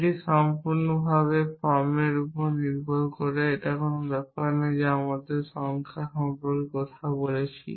এটি সম্পূর্ণরূপে ফর্মের উপর ভিত্তি করে এটি কোন ব্যাপার না যে আমরা সংখ্যা সম্পর্কে কথা বলছি